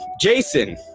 Jason